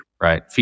right